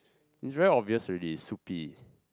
it's very obvious already is soupy